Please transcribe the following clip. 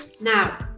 Now